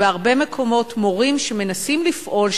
בהרבה מקומות מורים שמנסים לפעול,